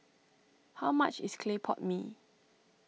how much is Clay Pot Mee